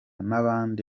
n’abandi